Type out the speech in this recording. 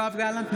(קוראת בשמות חברי הכנסת) יואב גלנט,